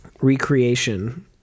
recreation